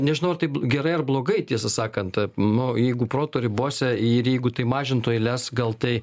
nežinau ar taip gerai ar blogai tiesą sakant ta manau jeigu proto ribose ir jeigu tai mažintų eiles gal tai